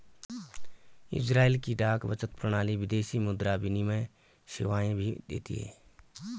Israel की डाक बचत प्रणाली विदेशी मुद्रा विनिमय सेवाएं भी देती है